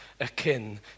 akin